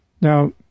Now